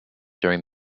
during